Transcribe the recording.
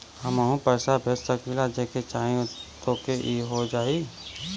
हमहू पैसा भेज सकीला जेके चाही तोके ई हो जाई?